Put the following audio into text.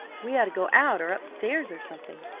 we ought to go out or up-stairs or something.